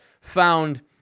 found